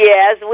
Yes